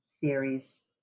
theories